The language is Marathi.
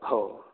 हो